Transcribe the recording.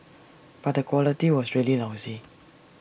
but the quality was really lousy